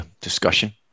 discussion